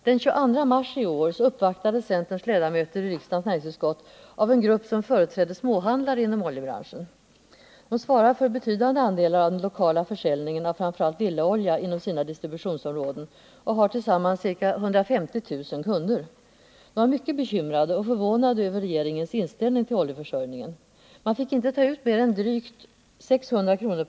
Den 22 mars i år uppvaktades centerns ledamöter i riksdagens näringsutskott av en grupp som företrädde småhandlare inom oljebranschen. De svarar för betydande andelar av den lokala försäljningen av framför allt villaolja inom sina distributionsområden och har tillsammans ca 150 000 kunder. De var mycket bekymrade och förvånade över regeringens inställning till oljeförsörjningen. De fick inte ta ut mer än drygt 600 kr./m?